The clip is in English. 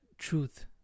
truth